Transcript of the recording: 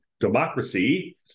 democracy